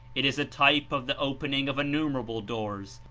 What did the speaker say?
it is a type of the opening of innumerable doors,